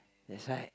that's why